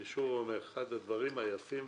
אני שוב אומר: אחד הדברים היפים,